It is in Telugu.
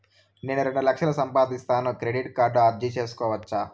నేను రెండు లక్షలు సంపాదిస్తాను, క్రెడిట్ కార్డుకు అర్జీ సేసుకోవచ్చా?